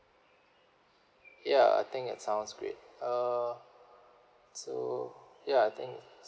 ya I think it sounds great uh so ya I think